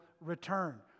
return